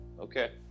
okay